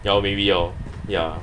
ya maybe lor ya